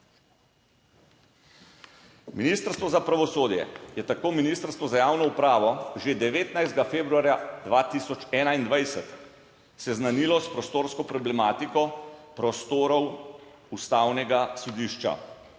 Ministrstvo za pravosodje je tako Ministrstvo za javno upravo že 19. februarja 2021 seznanilo s prostorsko problematiko prostorov Ustavnega sodišča.